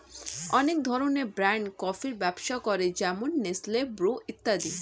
অনেক ধরনের ব্র্যান্ড কফির ব্যবসা করে যেমন নেসলে, ব্রু ইত্যাদি